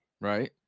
right